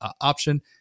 option